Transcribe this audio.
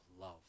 love